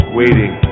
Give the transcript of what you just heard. waiting